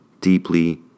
deeply